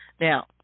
Now